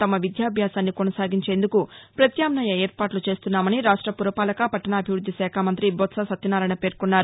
తమ విద్యాభ్యాసాన్ని కొనసాగించేందుకు ప్రత్యామ్నాయ ఏర్పాట్లు చేస్తున్నామని రాష్ట పురపాలక పట్టాణాభివృద్ది శాఖ మంత్రి బొత్స సత్యనారాయణ పేర్కొన్నారు